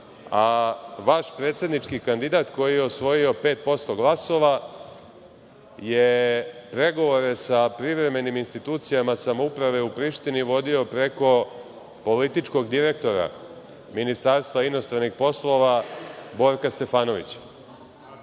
a vaš predsednički kandidat, koji je osvojio 5% glasova, je pregovore sa privremenim institucijama samouprave u Prištini vodio preko političkog direktora Ministarstva inostranih poslova Borka Stefanovića,